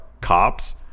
cops